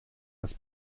das